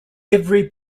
every